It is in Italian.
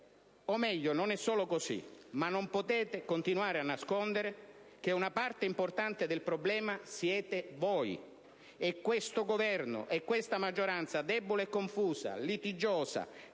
o meglio, non è solo così. Non potete però continuare a nascondere che una parte importante del problema siete voi: è questo Governo, è questa maggioranza debole, confusa e litigiosa